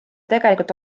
tegelikult